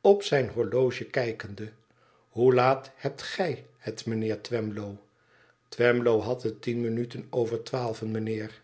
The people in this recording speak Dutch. op zijn horloge kijkende hoe laat hebt gij het mijnheer twemlow twemlow had het tien minuten over twaalven mijnheer